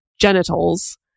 genitals